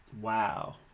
wow